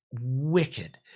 wicked